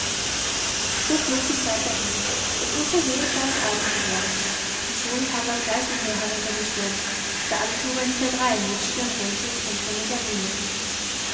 so flog die zeit dahin und unversehens war es abend geworden und schon kam das geißenheer heruntergestürmt der anführer hintendrein mit stirnrunzeln und grimmiger miene